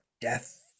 death